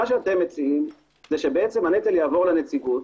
מה שאתם מציעים, שהנטל יעבור לנציגות,